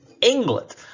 england